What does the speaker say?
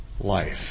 Life